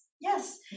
Yes